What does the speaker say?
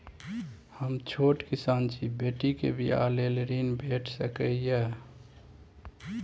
हम छोट किसान छी, बेटी के बियाह लेल ऋण भेट सकै ये?